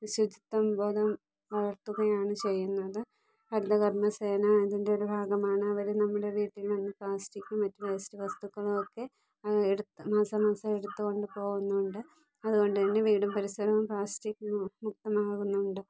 ശുചിത്വബോധം വളർത്തുകയാണ് ചെയ്യുന്നത് ഹരിത കർമ്മ സേന ഇതിൻറെ ഒരു ഭാഗമാണ് അവർ നമ്മുടെ വീട്ടിൽ വന്ന് പ്ലാസ്റ്റിക്കും മറ്റു വേസ്റ്റ് വസ്തുക്കളും ഒക്കെ എടുത്ത് മാസാമാസം എടുത്ത് കൊണ്ടുപോകുന്നുണ്ട് അതുകൊണ്ട് തന്നെ വീടും പരിസരവും പ്ലാസ്റ്റിക് വിമുക്തമാകുന്നുണ്ട്